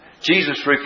Jesus